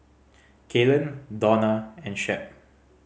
Kaylen Dona and Shep